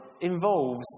involves